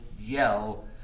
yell